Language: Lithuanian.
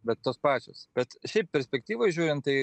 bet tos pačios bet šiaip perspektyvoj žiūrint tai